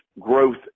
growth